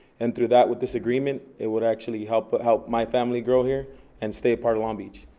and through that with this agreement it would actually help but help my family grow here and stay part of long beach.